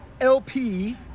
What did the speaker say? LP